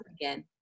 again